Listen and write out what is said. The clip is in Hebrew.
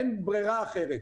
אין ברירה אחרת.